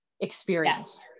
experience